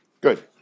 Good